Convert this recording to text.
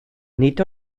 nid